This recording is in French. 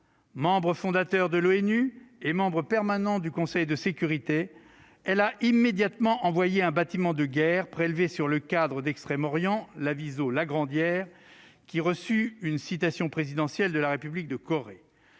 membre fondateur de l'ONU et membre permanent du Conseil de sécurité. Elle a immédiatement envoyé un bâtiment de guerre prélevé sur nos forces maritimes d'Extrême-Orient, l'aviso, distingué en 1952 d'une citation présidentielle de la République de Corée.